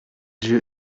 jeu